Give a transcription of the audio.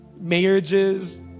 marriages